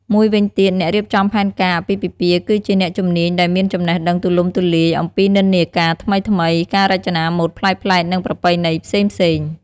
មួយវិញទៀត អ្នករៀបចំផែនការអាពាហ៍ពិពាហ៍គឺជាអ្នកជំនាញដែលមានចំណេះដឹងទូលំទូលាយអំពីនិន្នាការថ្មីៗ ការរចនាម៉ូដប្លែកៗ និងប្រពៃណីផ្សេងៗ។